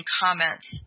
comments